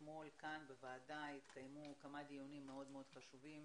אתמול בוועדה התקיימו כמה דיונים מאוד מאוד חשובים